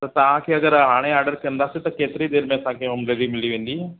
त तव्हांखे अगरि हाणे आर्डर कंदासे त केतिरी देर में असांखे होम डिलेवरी मिलंदी